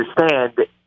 understand